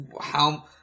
how-